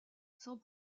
sans